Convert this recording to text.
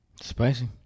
Spicy